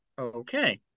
Okay